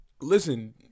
listen